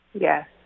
Yes